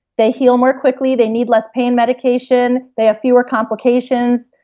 they heal more quickly, they need less pain medication. they have fewer complications.